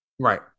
Right